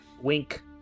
Wink